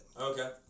Okay